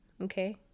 Okay